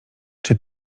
czy